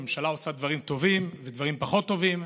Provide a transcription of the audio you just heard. הממשלה עושה דברים טובים ודברים פחות טובים,